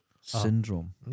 syndrome